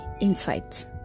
insights